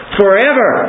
forever